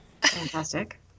Fantastic